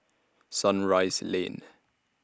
Sunrise Lane